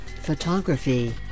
photography